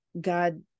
God